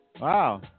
Wow